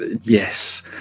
Yes